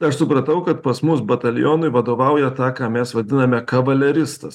aš supratau kad pas mus batalionui vadovauja tą ką mes vadiname kavaleristas